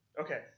okay